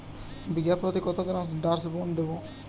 বিঘাপ্রতি কত গ্রাম ডাসবার্ন দেবো?